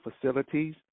facilities